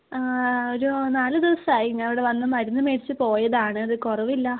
ആ ഒരു നാല് ദിവസമായി ഞാൻ ഇവിടെ വന്ന് മരുന്ന് മേടിച്ച് പോയതാണ് അത് കുറവില്ല